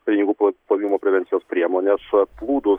pinigų plo plovimo prevencijos priemonės atplūdus